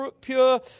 pure